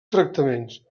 tractaments